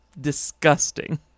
disgusting